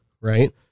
Right